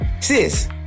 Sis